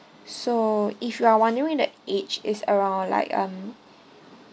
so if you are wondering the age is around like um